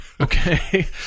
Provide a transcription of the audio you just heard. Okay